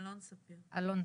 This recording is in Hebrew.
אלון ספיר,